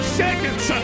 seconds